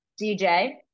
DJ